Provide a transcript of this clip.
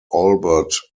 albert